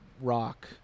rock